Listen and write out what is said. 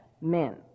men